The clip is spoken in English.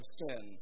sin